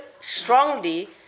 strongly